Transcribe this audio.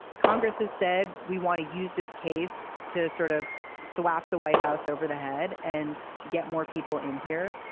congress has said we want to use this case to sort of throw up the white house over the head and get more people in here.